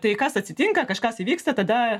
tai kas atsitinka kažkas įvyksta tada